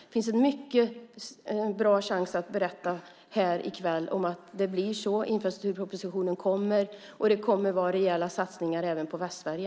Det finns en mycket bra chans att berätta här i kväll att det blir så, att infrastrukturpropositionen kommer och att det kommer att vara rejäla satsningar även på Västsverige.